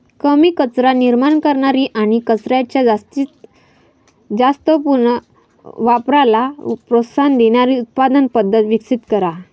कमी कचरा निर्माण करणारी आणि कचऱ्याच्या जास्तीत जास्त पुनर्वापराला प्रोत्साहन देणारी उत्पादन पद्धत विकसित करा